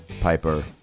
Piper